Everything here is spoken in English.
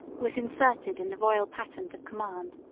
was inserted in the royal patent of command.